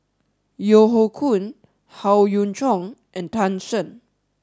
Yeo Hoe Koon Howe Yoon Chong and Tan Shen